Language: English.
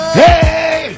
hey